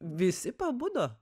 visi pabudo